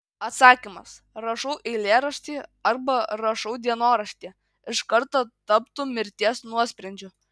atsakymas rašau eilėraštį arba rašau dienoraštį iš karto taptų mirties nuosprendžiu